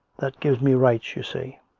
that gives me rights, you see!